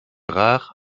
rare